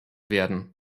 werden